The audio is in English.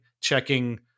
checking